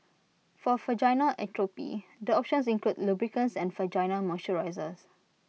for vaginal atrophy the options include lubricants and vaginal moisturisers